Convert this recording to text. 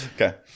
Okay